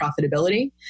profitability